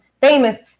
famous